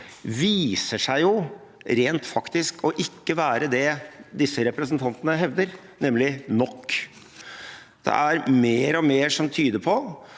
viser seg rent faktisk ikke å være det disse representantene hevder, nemlig nok. Det er mer og mer som tyder på